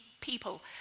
people